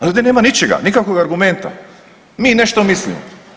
A ovdje nema ničega, nikakvog argumenta, mi nešto mislimo.